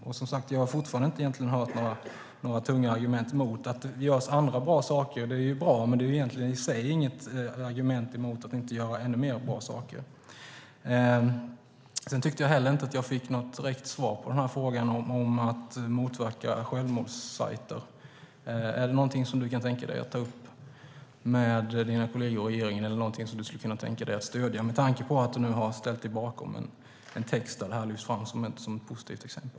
Jag har egentligen fortfarande inte hört några tunga argument mot detta. Det görs andra bra saker, men det är i sig inget argument för att inte göra ännu fler bra saker. Jag tyckte inte heller att jag fick något direkt svar på frågan om att motverka självmordssajter. Är det någonting som Anne Marie Brodén kan tänka sig att ta upp med sina kolleger i regeringen eller någonting som hon skulle kunna tänka sig att stödja med tanke på att hon har ställt sig bakom en text där detta lyfts fram som ett positivt exempel?